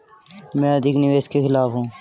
मैं अधिक निवेश के खिलाफ हूँ